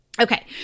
Okay